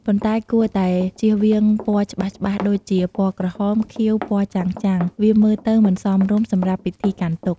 ប៉ុន្តែគួរតែជៀសវាងពណ៌ច្បាស់ៗដូចជាពណ៌ក្រហម ខៀវ ពណ៍ចាំងៗ វាមើលទៅមិនសមរម្យសម្រាប់ពិធីកាន់ទុក្ខ។